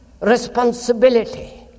responsibility